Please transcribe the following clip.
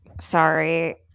Sorry